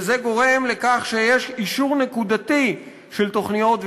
וזה גורם לכך שיש אישור נקודתי של תוכניות,